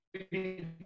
Okay